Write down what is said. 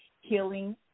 healing